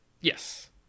Yes